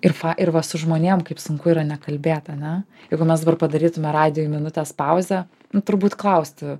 ir fa ir va su žmonėm kaip sunku yra nekalbėt ane jeigu mes dabar padarytume radijuj minutės pauzę nu turbūt klausti